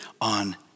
on